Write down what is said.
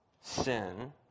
sin